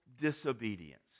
disobedience